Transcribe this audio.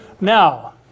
now